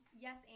yes